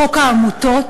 חוק העמותות